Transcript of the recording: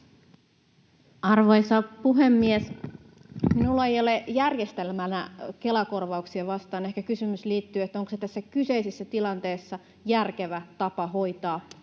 Arvoisa puhemies! En ole järjestelmänä Kela-korvauksia vastaan, ehkä kysymys liittyy siihen, onko se tässä kyseisessä tilanteessa järkevä tapa hoitaa